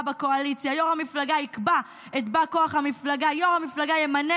בקואליציה"; "יו"ר המפלגה יקבע את בא כוח המפלגה"; "יו"ר המפלגה ימנה